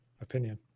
opinion